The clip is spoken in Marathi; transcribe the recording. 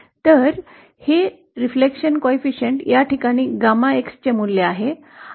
तर हे परावर्तन गुणांक या ठिकाणी ℾ चे मूल्य आहे